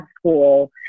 school